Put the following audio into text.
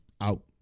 out